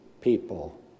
people